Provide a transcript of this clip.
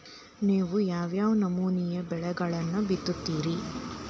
ನೇವು ಯಾವ್ ಯಾವ್ ನಮೂನಿ ಬೆಳಿಗೊಳನ್ನ ಬಿತ್ತತಿರಿ?